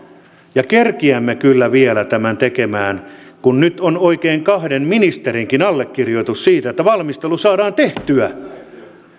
kerkiämme kyllä vielä tämän tekemään kun nyt on oikein kahden ministerinkin allekirjoitus siitä että valmistelu saadaan tehtyä